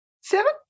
Seven